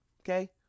okay